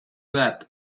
that